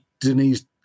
denise